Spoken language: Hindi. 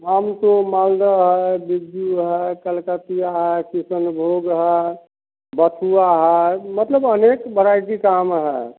आम तो मालदह बिन्जू है कलकतिया है किसनभोग है बथुआ है मतलब अनेक वेराइटी का आम है